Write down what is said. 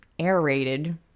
aerated